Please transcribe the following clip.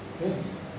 Yes